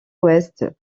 ouest